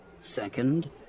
Second